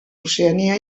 oceania